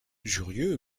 jurieu